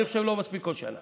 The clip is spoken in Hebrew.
אני חושב שזה לא מספיק כל שנה,